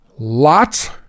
Lots